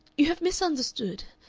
you have misunderstood.